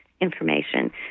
information